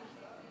תכניסו לראש.